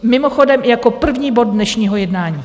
Mimochodem jako první bod dnešního jednání.